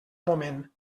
moment